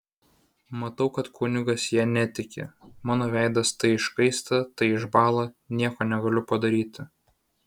matau kad kunigas ja netiki mano veidas tai iškaista tai išbąla nieko negaliu padaryti